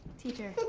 teacher.